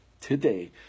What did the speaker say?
today